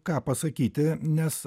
ką pasakyti nes